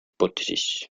hipótesis